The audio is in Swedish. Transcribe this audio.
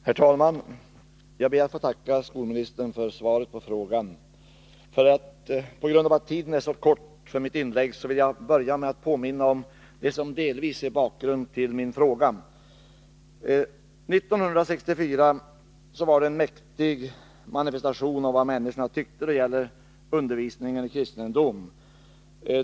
Herr talman! Jag ber att få tacka skolministern för svaret på frågan. På grund av att tiden för mitt inlägg är så kort, vill jag börja med att påminna om det som delvis är bakgrunden till min fråga. År 1964 ägde det rum en mäktig manifestation av vad människorna tyckte om undervisningen i kristendom.